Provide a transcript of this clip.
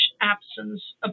Absence